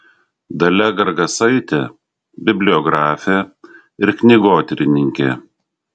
dalia gargasaitė bibliografė ir knygotyrininkė